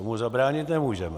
Tomu zabránit nemůžeme.